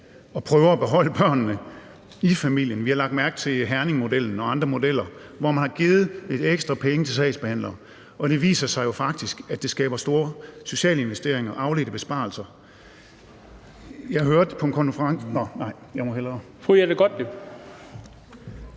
og prøver at beholde børnene i familien. Vi har lagt mærke til Herningmodellen og andre modeller, hvor man har givet ekstra penge til sagsbehandlere, og det viser sig jo faktisk, at det skaber store sociale investeringer og afledte besparelser.